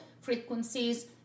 frequencies